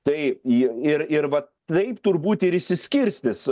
tai į ir ir va taip turbūt ir išsiskirstys